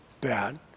bad